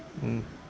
mm